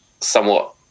somewhat